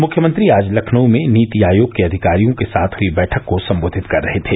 मुख्यमंत्री आज लखनऊ में नीति आयोग के अधिकारियों के साथ हयी बैठक को सम्बोधित कर रहे थे